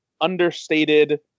understated